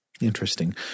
Interesting